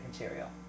material